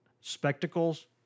spectacles